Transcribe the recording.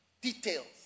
details